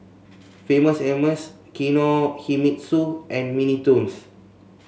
Famous Amos Kinohimitsu and Mini Toons